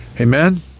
Amen